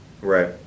Right